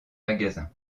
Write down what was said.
magasins